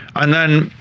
and then,